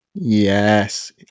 Yes